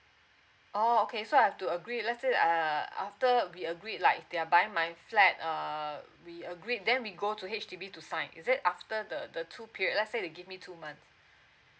oh okay so I have to agree let's say uh after we agreed like they're buying my flat err we agreed then we go to H_D_B to sign is it after the the two period let's say they give me two month